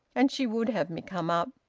and she would have me come up.